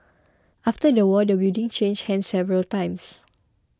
after the war the building changed hands several times